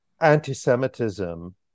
anti-Semitism